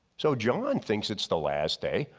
so john thinks it's the last day,